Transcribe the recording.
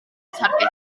targedu